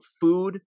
food